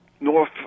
North